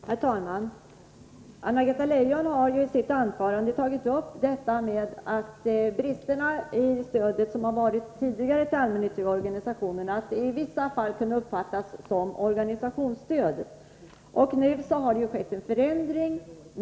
Herr talman! Anna-Greta Leijon har ju i sitt anförande tagit upp detta med bristerna i det stöd som tidigare utgick till de allmännyttiga organisationerna — att det i vissa fall kunde uppfattas som organisationsstöd. Nu har det skett en förändring.